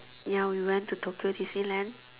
ya we went to Tokyo Disneyland